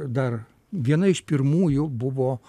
dar viena iš pirmųjų buvo